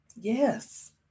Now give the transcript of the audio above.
yes